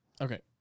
Okay